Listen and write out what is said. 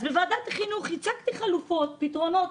אז בוועדת החינוך הצגתי חלופות ופתרונות.